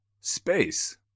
space